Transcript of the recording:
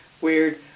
weird